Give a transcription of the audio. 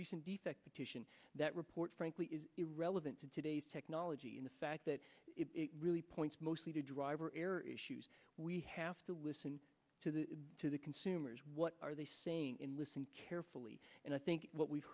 recent defect petition that report frankly is irrelevant to today's technology in the fact that it really points mostly to driver error issues we have to listen to the to the consumers what are they saying in listen carefully and i think what we've